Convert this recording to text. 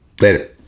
Later